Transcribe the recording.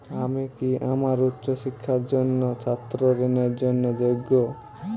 আমি কি আমার উচ্চ শিক্ষার জন্য ছাত্র ঋণের জন্য যোগ্য?